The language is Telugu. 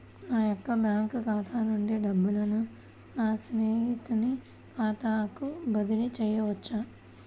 నా యొక్క బ్యాంకు ఖాతా నుండి డబ్బులను నా స్నేహితుని ఖాతాకు బదిలీ చేయవచ్చా?